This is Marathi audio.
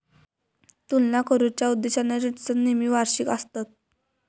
तुलना करुच्या उद्देशान रिटर्न्स नेहमी वार्षिक आसतत